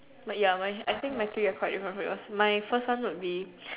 but ya I think my three are quite different from yours my first one would be